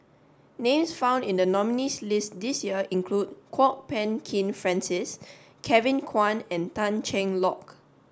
names found in the nominees' list this year include Kwok Peng Kin Francis Kevin Kwan and Tan Cheng Lock